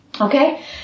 Okay